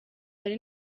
hari